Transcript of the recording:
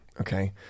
okay